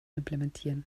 implementieren